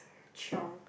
chiong